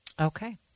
Okay